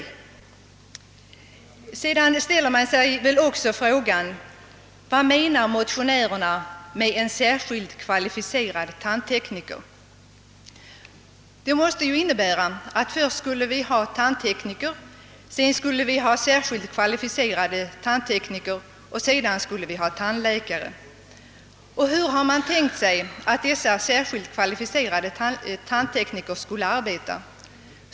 Motionärerna motsäger sig själva. Man ställer sig också frågan: Vad menar motionärerna med en »särskilt kvalificerad tandtekniker»? Det måste innebära att vi först skulle ha tandtekniker, sedan skulle vi ha särskilt kvalificerade tandtekniker och sedan skulle vi ha tandläkare. Och hur har man tänkt sig att dessa särskilt kvalificerade tandtekniker skulle arbeta?